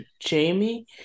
Jamie